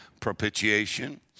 propitiation